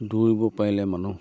দৌৰিব পাৰিলে মানুহ